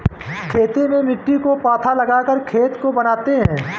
खेती में मिट्टी को पाथा लगाकर खेत को बनाते हैं?